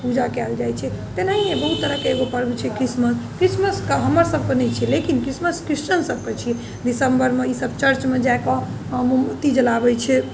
पूजा कयल जाइत छै तेनाहिये बहुत तरहके एगो पर्व छै क्रिसमस क्रिसमसके हमर सभकेँ नहि छै लेकिन क्रिसमस क्रिस्चियन सभकेँ छियै दिसम्बरमे ई सभ चर्चमे जाइ कऽ मोमबत्ती जलाबैत छै